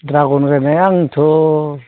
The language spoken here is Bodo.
द्रागन गायनाया आंथ'